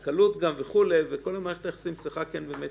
אני לא רואה בחישוב עצמו את הבעיה.